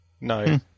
No